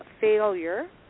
failure